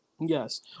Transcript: Yes